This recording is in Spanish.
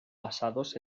basados